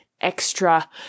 extra